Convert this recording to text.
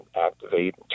activate